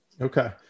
Okay